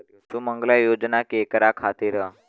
सुमँगला योजना केकरा खातिर ह?